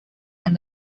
and